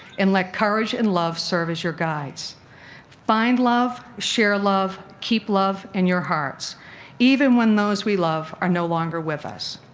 and let courage and love serve as your guides find love, share love, keep love in your hearts even when those we love are no longer with us.